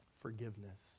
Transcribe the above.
Forgiveness